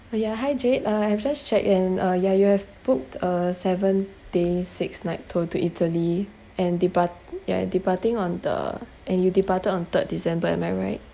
oh yeah hi jade uh I've just checked and uh yeah you have booked a seven days six nights tour to italy and depart yeah departing on the and you departed on third december am I right